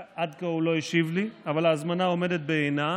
עד כה הוא לא השיב לי, אבל ההזמנה עומדת בעינה.